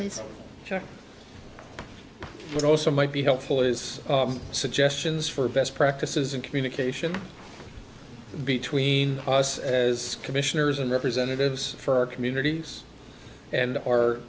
so but also might be helpful is suggestions for best practices and communication between us as commissioners and representatives for our communities and our